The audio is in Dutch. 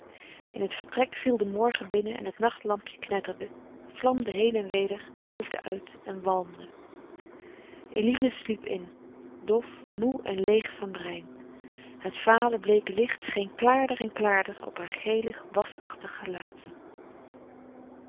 in het vertrek viel de morgen binnen en het nachtlampje knetterde vlamde heen en weder doofde uit en walmde eline sliep in dof moê en leêg van brein het vale bleeke licht scheen klaarder en klaarder op heur gelig wasachtig gelaat